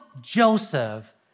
Joseph